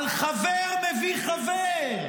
על חבר מביא חבר,